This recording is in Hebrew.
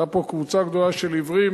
היתה פה קבוצה גדולה של עיוורים.